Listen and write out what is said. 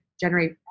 generate